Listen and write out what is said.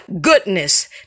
goodness